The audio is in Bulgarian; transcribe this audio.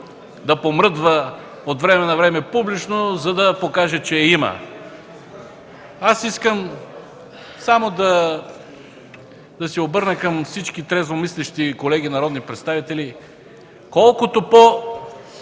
да помръдва отвреме-навреме публично, за да покаже, че я има. Аз искам само да се обърна към всички трезво мислещи колеги народни представители: уважаеми